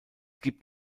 gibt